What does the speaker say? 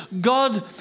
God